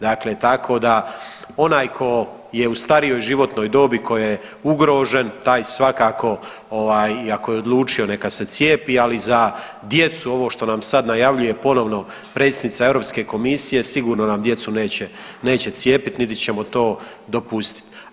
Dakle, tako da onaj tko je u starijoj životnoj dobi, tko je ugrožen taj svakako ovaj i ako je odlučio neka se cijepi, ali za djecu ovo što nam sad najavljuje ponovno predsjednica Europske komisije, sigurno nam djecu neće, neće cijepiti niti ćemo to dopustiti.